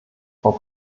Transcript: frau